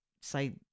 say